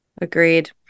agreed